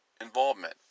involvement